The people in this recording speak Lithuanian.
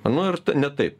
nu ir ne taip